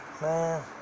Man